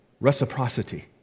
reciprocity